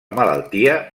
malaltia